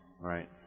right